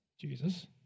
Jesus